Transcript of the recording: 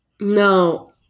No